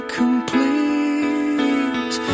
complete